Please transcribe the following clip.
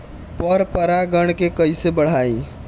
पर परा गण के कईसे बढ़ाई?